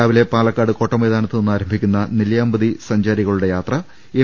രാ വിലെ പാലക്കാട് കോട്ടമൈതാനത്തു നിന്നാരംഭിക്കുന്ന നെല്ലി യാമ്പതിയിലേക്കുള്ള സഞ്ചാരികളുടെ യാത്ര എം